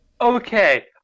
okay